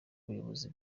ubuyobozi